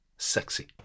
Sexy